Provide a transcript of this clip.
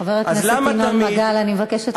חבר הכנסת ינון מגל, אני מבקשת לסיים.